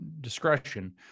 discretion